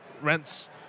rents